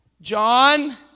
John